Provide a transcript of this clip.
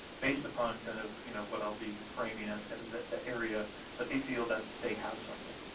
based upon kind of you know what i'll be framing as kind of the area that they feel that they have something.